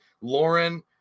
lauren